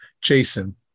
Jason